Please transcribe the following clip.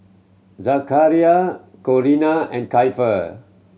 Zachariah Corinna and Keifer